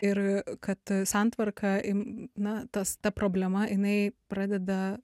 ir kad santvarka im na tas ta problema jinai pradeda